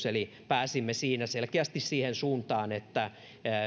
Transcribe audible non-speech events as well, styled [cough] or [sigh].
[unintelligible] eli pääsimme siinä selkeästi siihen suuntaan että